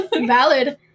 valid